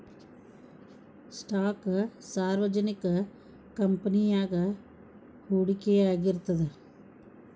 stock ಸಾರ್ವಜನಿಕ ಕಂಪನಿಯಾಗ ಹೂಡಿಕೆಯಾಗಿರ್ತದ